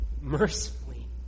mercifully